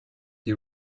you